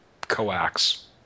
coax